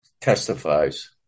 testifies